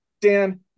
Dan